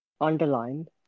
Underlined